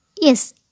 Yes